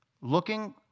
looking